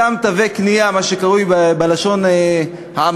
אותם תווי קנייה, מה שקרוי בלשון העממית,